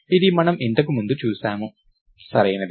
ఇది మనం ఇంతకు ముందు చూసాము సరియైనది